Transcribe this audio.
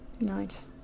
Nice